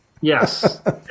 Yes